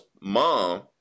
mom